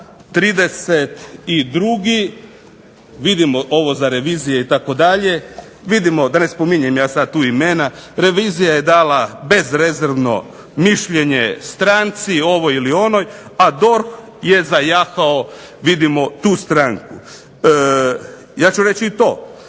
32. vidimo ovo za revizije itd. vidimo da ne spominjem ja sada tu imena, revizija je dala bezrezervno mišljenje stranci ovoj ili onoj a DORH je zajahao vidimo tu stranku. Ja ću reći i to,